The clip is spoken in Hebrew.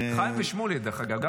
חיים ושמואל, דרך אגב.